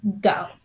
go